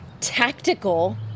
tactical